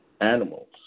animals